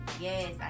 yes